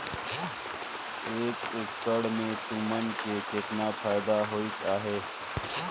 एक एकड़ मे तुमन के केतना फायदा होइस अहे